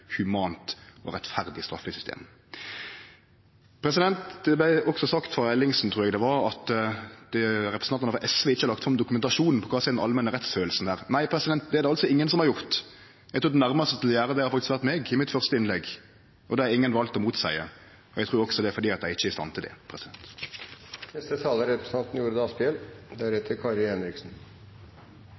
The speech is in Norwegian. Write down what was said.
humant og rettferdig straffesystem. Det vart også sagt – av Ellingsen, trur eg det var – at representantane frå SV ikkje har lagt fram dokumentasjon på kva den allmenne rettskjensla er. Nei, det er det ingen som har gjort. Eg trur den nærmaste til å ha gjort det, faktisk var eg i det første innlegget mitt. Det har ingen valt å motseie. Eg trur det er fordi dei ikkje er i stand til det.